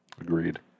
Agreed